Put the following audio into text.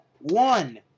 one